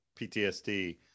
PTSD